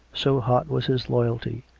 so hot was his loyalty.